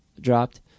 dropped